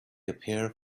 appear